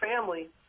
family